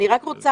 אני רק רוצה,